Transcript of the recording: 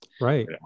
Right